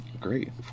great